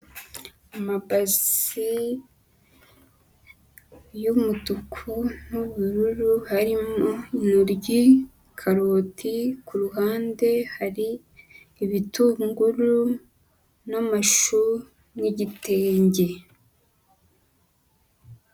Amabasi y'umutuku n'ubururu harimo intoryi, karoti kuruhande hari ibitunguru n'amashu n'igitenge.